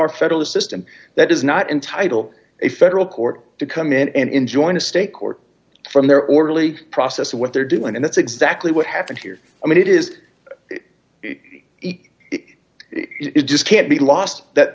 our federal system that does not entitle a federal court to come in and enjoy a state court from their orderly process of what they're doing and that's exactly what happened here i mean it is it just can't be lost that